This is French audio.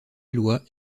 eloi